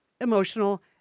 emotional